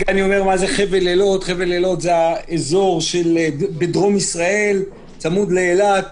חבל אילות זה האזור בדרום ישראל, צמוד לאילת,